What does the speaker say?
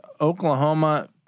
Oklahoma